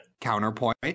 Counterpoint